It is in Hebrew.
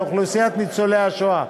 לאוכלוסיית ניצולי השואה.